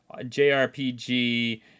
JRPG